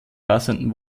passenden